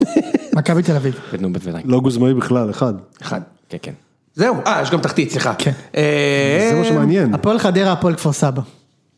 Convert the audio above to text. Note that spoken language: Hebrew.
מכבי תל אביב. נו בוודאי. לא גוזמאי בכלל, אחד. אחד, כן כן. זהו, אה, יש גם תחתית סליחה. זה מה שמעניין. הפועל חדרה - הפועל כפר סבא.